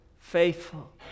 faithful